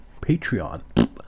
Patreon